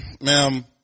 ma'am